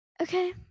Okay